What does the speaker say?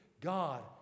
God